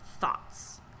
thoughts